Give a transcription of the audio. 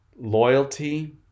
loyalty